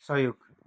सहयोग